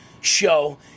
show